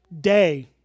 day